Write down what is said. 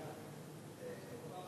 12, נגד, 2, אין